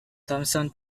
thompson